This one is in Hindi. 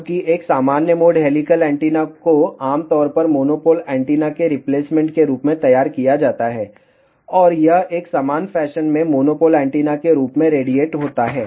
जबकि एक सामान्य मोड हेलिकल एंटीना को आमतौर पर मोनोपोल एंटीना के रिप्लेसमेंट के रूप में तैयार किया जाता है और यह एक समान फैशन में मोनोपोल एंटीना के रूप में रेडिएट होता है